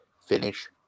finish